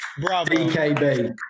DKB